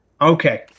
okay